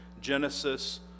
Genesis